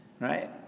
right